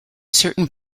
certain